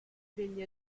degli